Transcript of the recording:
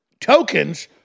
tokens